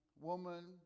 woman